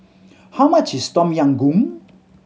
how much is Tom Yam Goong